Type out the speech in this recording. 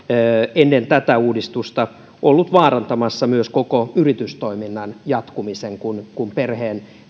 ennen tätä uudistusta ollut vaarantamassa myös koko yritystoiminnan jatkumisen kun perheen